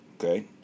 Okay